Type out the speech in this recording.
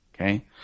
Okay